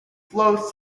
flows